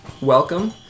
welcome